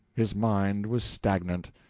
his mind was stagnant.